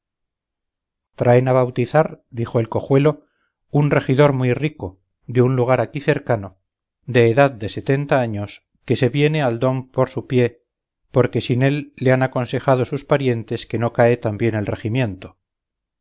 traen a bautizar dijo el cojuelo un regidor muy rico de un lugar aquí cercano de edad de setenta años que se viene al don por su pie porque sin él le han aconsejado sus parientes que no cae tan bien el regimiento